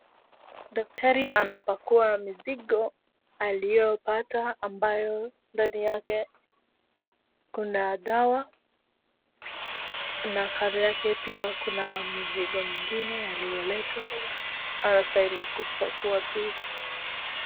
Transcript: Daktari anapakua mizigo aliopata ambayo ndani yake kuna dawa na kando yake pia kuna mizigo mingine yaliyoletwa, anastahili kupakua pia.